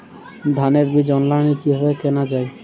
ধানের বীজ অনলাইনে কিভাবে কেনা যায়?